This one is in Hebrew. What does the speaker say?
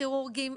כירורגיים,